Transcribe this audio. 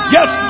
Yes